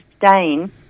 sustain